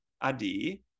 adi